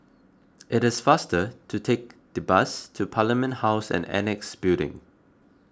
it is faster to take the bus to Parliament House and Annexe Building